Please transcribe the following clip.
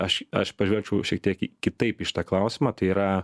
aš aš pažvelgčiau šiek tiek kitaip į šitą klausimą tai yra